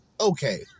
okay